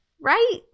Right